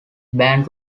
ban